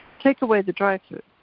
take away the dry food.